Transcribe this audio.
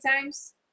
times